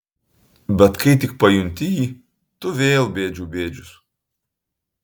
bet kai tik pajunti jį tu vėl bėdžių bėdžius